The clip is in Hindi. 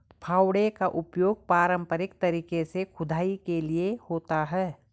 फावड़े का प्रयोग पारंपरिक तरीके से खुदाई के लिए होता है